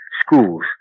schools